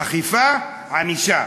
אכיפה, ענישה.